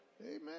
Amen